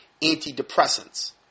antidepressants